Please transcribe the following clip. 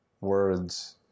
words